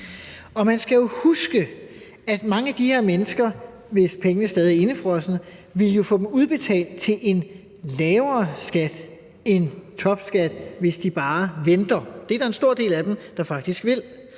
Man skal jo huske, at mange af de her mennesker, hvis pengene stadig er indefrosne, jo vil få dem udbetalt til en lavere skat end topskat, hvis de bare venter. Det er der en stor del af dem der faktisk vil,